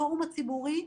בפורום הציבורי,